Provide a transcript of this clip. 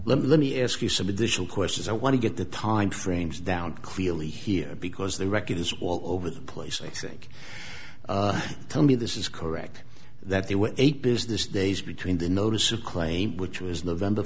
let me ask you some additional questions i want to get the timeframes down clearly here because the record is well over the place i think tell me this is correct that there were eight business days between the notice of claim which was